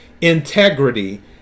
integrity